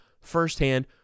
firsthand